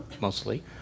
mostly